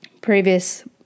previous